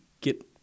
get